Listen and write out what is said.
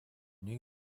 new